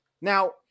Now